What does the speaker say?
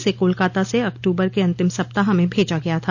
इसे कोलकाता से अक्टूबर के अंतिम सप्ताह में भेजा गया था